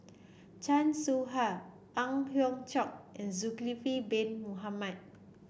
Chan Soh Ha Ang Hiong Chiok and Zulkifli Bin Mohamed